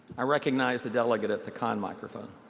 i recognize the delegate at the con microphone.